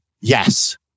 yes